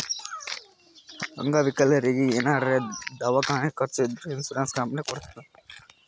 ಅಂಗವಿಕಲರಿಗಿ ಏನಾರೇ ದವ್ಕಾನಿ ಖರ್ಚ್ ಇದ್ದೂರ್ ಇನ್ಸೂರೆನ್ಸ್ ಕಂಪನಿ ಕೊಡ್ತುದ್